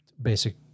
basic